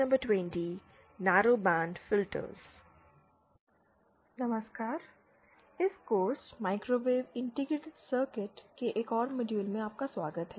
नमस्कार इस course microwave integrated circuit के एक और मॉड्यूल में आपका स्वागत है